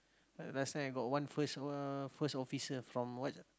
last time I got one first uh first officer from what